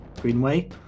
Greenway